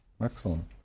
Excellent